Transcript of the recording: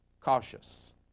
cautious